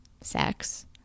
sex